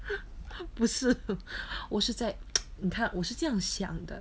不是我是在 你看我是这样想的